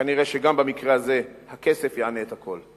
כנראה גם במקרה הזה, הכסף יענה את הכול.